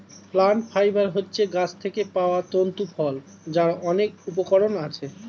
plant fibre হচ্ছে গাছ থেকে পাওয়া তন্তু ফল যার অনেক উপকরণ আছে